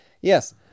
yes